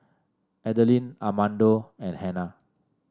Adeline Armando and Hannah